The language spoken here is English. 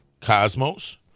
Cosmos